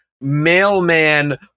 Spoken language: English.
Mailman